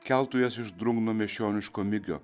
keltų jas iš drungno miesčioniško migio